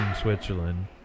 Switzerland